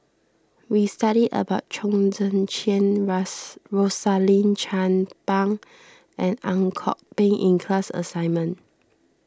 we studied about Chong Tze Chien Rosaline Chan Pang and Ang Kok Peng in the class assignment